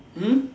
hmm